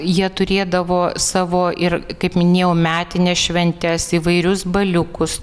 jie turėdavo savo ir kaip minėjau metines šventes įvairius baliukus